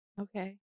Okay